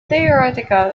theoretical